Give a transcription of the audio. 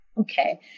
Okay